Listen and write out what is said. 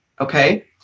okay